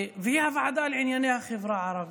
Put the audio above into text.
והיא הוועדה לענייני החברה הערבית.